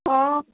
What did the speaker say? ହଁ